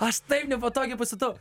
aš taip nepatogiai pasijutau